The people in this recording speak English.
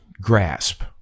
grasp